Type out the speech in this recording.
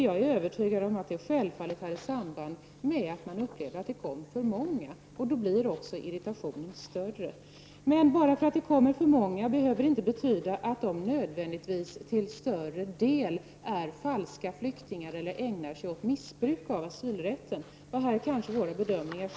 Jag är övertygad om att detta hade ett samband med att man upplevde att det var för många som kom hit. Därför blev irritationen större. Men det faktum att det är för många som kommer hit behöver inte betyda att merparten är falska flyktingar eller sådana som ägnar sig åt missbruk av asylrätten. Här skiljer sig nog våra bedömningar.